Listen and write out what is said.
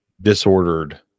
disordered